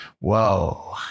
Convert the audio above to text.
Whoa